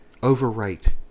overwrite